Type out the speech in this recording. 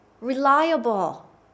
reliable